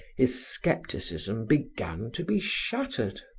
his scepticism began to be shattered.